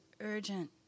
urgent